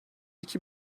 iki